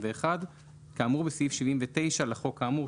כאמור בסעיף 79 לחוק האמור.